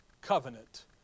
covenant